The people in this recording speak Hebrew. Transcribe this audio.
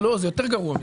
זה לא, זה יותר גרוע מזה.